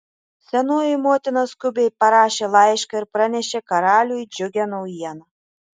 senoji motina skubiai parašė laišką ir pranešė karaliui džiugią naujieną